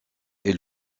est